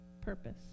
purpose